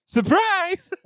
Surprise